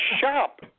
shop